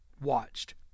watched